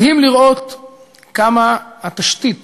מדהים לראות כמה התשתית